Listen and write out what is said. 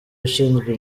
ushinzwe